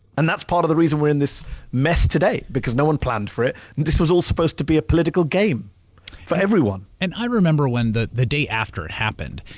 and that's part of the reason we're in this mess today, because no one planned for it, and this was all supposed to be a political game for everyone. and i remember when the the day after it happened.